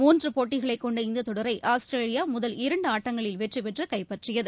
மூன்று போட்டிகளை கொண்ட இந்த தொடரை ஆஸ்திரேலியா முதல் இரண்டு ஆட்டங்களில் வெற்றி பெற்று கைப்பற்றியது